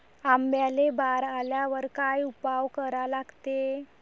आंब्याले बार आल्यावर काय उपाव करा लागते?